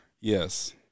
Yes